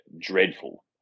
dreadful